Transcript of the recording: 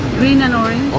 green and orange. oh,